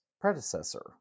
predecessor